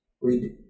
Read